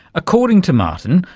according to martin,